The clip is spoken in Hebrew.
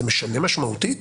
זה משנה משמעותית?